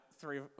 three